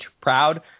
proud